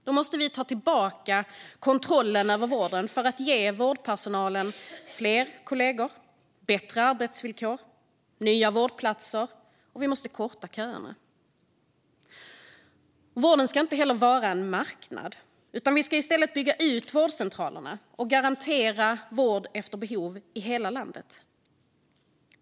Vi måste ta tillbaka kontrollen över vården för att ge vårdpersonalen fler kollegor och bättre arbetsvillkor, skapa nya vårdplatser och korta köerna. Vården ska inte vara en marknad, utan vi ska i stället bygga ut vårdcentralerna och garantera vård efter behov i hela landet.